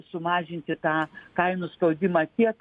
sumažinti tą kainų spaudimą tiek